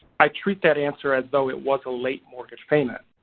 i treat that answer as though it was a late mortgage payment.